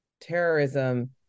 terrorism